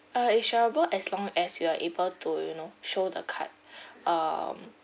uh it's shareable as long as you are able to you know show the card um